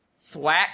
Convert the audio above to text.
thwack